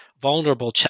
vulnerable